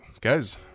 guys